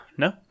No